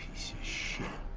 shit.